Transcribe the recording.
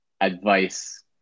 advice